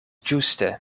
ĝuste